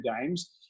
games